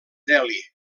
delhi